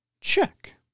Check